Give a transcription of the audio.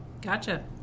Gotcha